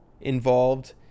involved